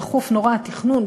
דחוף נורא התכנון,